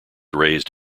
raised